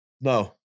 No